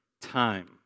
time